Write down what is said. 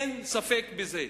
אין ספק בזה.